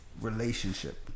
relationship